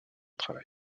travail